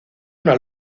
una